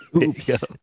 Oops